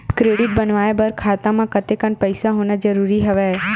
Credit बनवाय बर खाता म कतेकन पईसा होना जरूरी हवय?